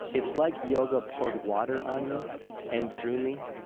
it's like yoga poured water on me and through me.